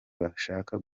bashaka